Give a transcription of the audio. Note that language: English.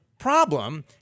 problem